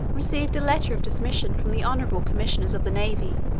received a letter of dismission from the honourable commissioners of the navy,